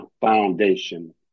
foundation